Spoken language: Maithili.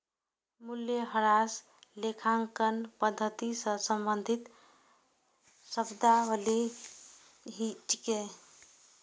मूल्यह्रास लेखांकन पद्धति सं संबंधित शब्दावली छियै